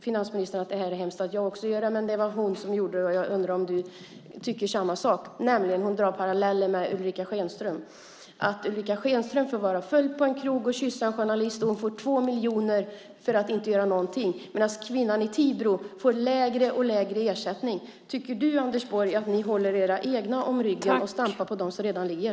Finansministern tycker nog att det är hemskt att jag också gör det, men det var hon som gjorde det, och jag undrar om du, Anders Borg, tycker samma sak. Ulrica Schenström får vara full på en krog och kyssa en journalist och får 2 miljoner för att inte göra något medan kvinnan i Tibro får lägre och lägre ersättning. Tycker du, Anders Borg, att ni håller era egna om ryggen och stampar på dem som redan ligger?